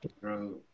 Bro